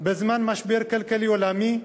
בזמן משבר כלכלי עולמי.